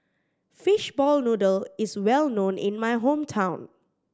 fishball noodle is well known in my hometown